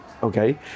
Okay